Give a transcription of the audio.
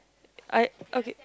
I okay